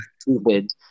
stupid